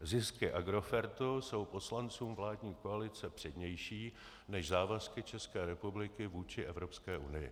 Zisky Agrofertu jsou poslancům vládní koalice přednější než závazky České republiky vůči Evropské unii.